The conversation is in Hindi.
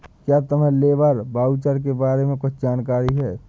क्या तुम्हें लेबर वाउचर के बारे में कुछ जानकारी है?